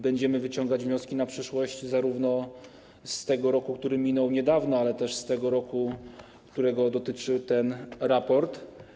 Będziemy wyciągać wnioski na przyszłość zarówno z tego roku, który minął niedawno, jak również z roku, którego dotyczy ten raport.